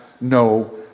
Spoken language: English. no